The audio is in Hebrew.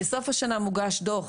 בסוף השנה מוגש דוח